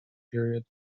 period